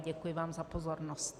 Děkuji vám za pozornost.